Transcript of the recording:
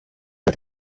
ati